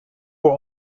were